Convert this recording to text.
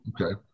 okay